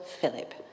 Philip